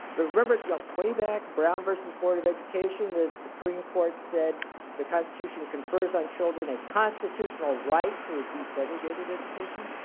but remember you know way back brown versus board of education the supreme court said the constitution confers on children a constitutional right to desegregated education.